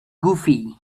goofy